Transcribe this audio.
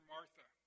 Martha